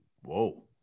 whoa